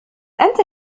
أنت